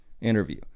interview